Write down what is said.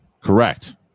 Correct